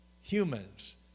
humans